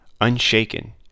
unshaken